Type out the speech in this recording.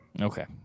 Okay